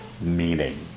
meaning